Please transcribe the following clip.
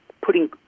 putting